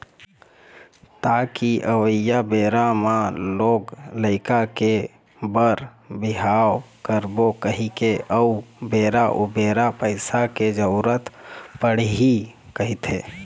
ताकि अवइया बेरा म लोग लइका के बर बिहाव करबो कहिके अउ बेरा उबेरा पइसा के जरुरत पड़ही कहिके